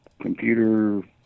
computer